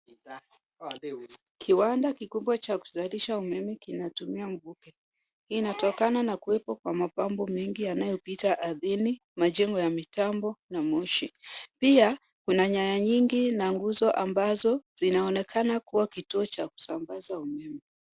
Kiwanda kikubwa cha kuzalisha umeme kinatumiamvuke. Inatokana kuwepo kwa mapambo mengi yanayopita ardhini, majengo ya mitambo na moshi. Pia kuna nyaya nyingi na nguzo ambazo zinaonekana kuwa kituo cha kusambaza umeme.